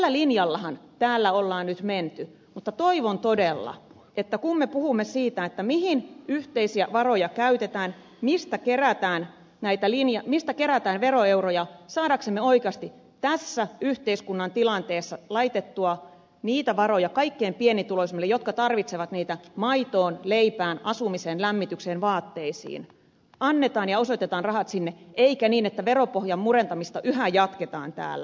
tällä linjallahan täällä on nyt menty mutta toivon todella että kun me puhumme siitä mihin yhteisiä varoja käytetään mistä kerätään veroeuroja jotta saamme oikeasti tässä yhteiskunnan tilanteessa laitettua niitä varoja kaikkein pienituloisimmille jotka tarvitsevat niitä maitoon leipään asumiseen lämmitykseen vaatteisiin niin annetaan ja osoitetaan rahat sinne eikä niin että veropohjan murentamista yhä jatketaan täällä